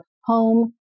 home